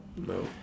no